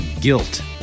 guilt